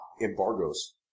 embargoes